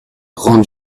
grandes